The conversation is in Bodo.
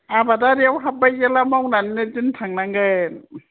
आबादारिआव हाबबाय जेला आबाद मावनानैनो दिन थांनांगोन